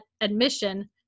admission